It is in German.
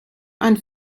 ein